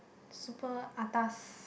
super atas